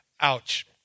Ouch